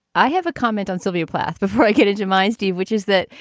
i have a comment on sylvia plath before i came to demised eve, which is that,